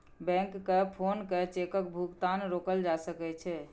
बैंककेँ फोन कए चेकक भुगतान रोकल जा सकै छै